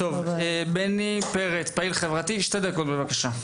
בני פרץ, פעיל חברתי, בבקשה.